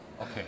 Okay